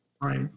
Right